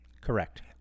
Correct